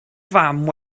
fam